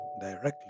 directly